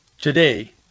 today